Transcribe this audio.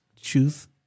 truth